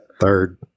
Third